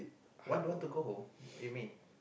one don't want to go you mean